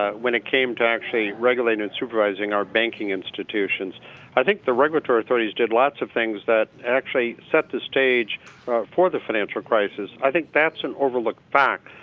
ah when it came to actually regulated surprising are banking institutions i think the river territories did lots of things that actually set the stage or for the financial crisis i think that's an overlooked ah.